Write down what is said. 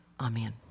Amen